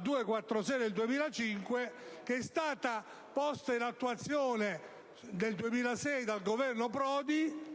246 del 2005, che è stato posto in attuazione nel 2006 dal Governo Prodi